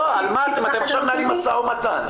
לא, אתם עכשיו מנהלים משא ומתן.